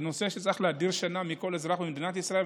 נושא שצריך להדיר שינה מעיני כל אזרח במדינת ישראל,